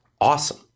Awesome